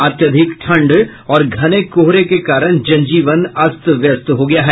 अत्यधिक ठंड और घने कोहरे के कारण जनजीवन अस्त व्यस्त हो गया है